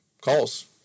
calls